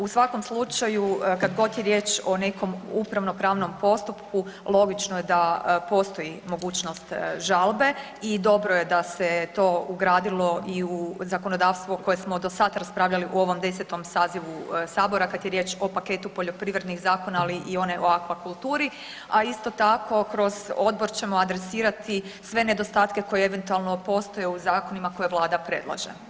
U svakom slučaju, kad god je riječ o nekom upravno-pravnom postupku, logično je da postoji mogućnost žalbe i dobro je da se to ugradilo i u zakonodavstvo koje smo do sad raspravljali u ovom X. sazivu Sabora kad je riječ o paketu poljoprivrednih zakona ali i one o akvakulturi a isto tako, kroz odbor ćemo adresirati sve nedostatke koje eventualno postoje u zakonima koje Vlada predlaže.